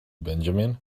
benjamin